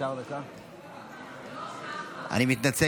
אני מתנצל.